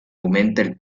aumenta